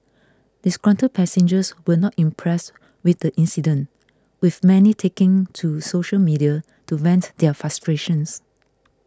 disgruntled passengers were not impressed with the incident with many taking to social media to vent their frustrations